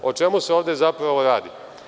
O čemu se ovde zapravo radi?